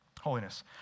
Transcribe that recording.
Holiness